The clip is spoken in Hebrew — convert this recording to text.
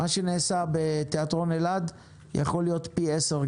מה שנעשה בתיאטרון אלעד יכול להיות גדול פי עשרה,